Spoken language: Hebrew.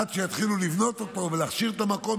עד שיתחילו לבנות אותו ולהכשיר את המקום,